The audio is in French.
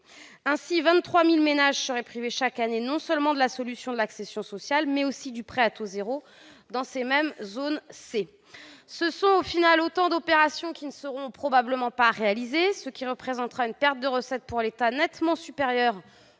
année, 23 000 ménages pourraient donc être privés, non seulement de la solution de l'accession sociale, mais aussi du prêt à taux zéro dans ces mêmes zones C. Ce sont, au final, autant d'opérations qui ne seront probablement pas réalisées, ce qui représentera une perte de recettes pour l'État nettement supérieure